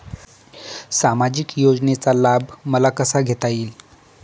सामाजिक योजनेचा लाभ मला कसा घेता येईल?